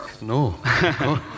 No